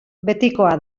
betikoa